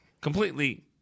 Completely